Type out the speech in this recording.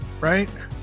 right